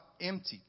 empty